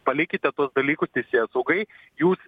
palikite tuos dalykus teisėsaugai jūs